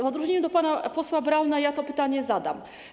W odróżnieniu od pana posła Brauna ja to pytanie zadam.